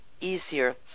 easier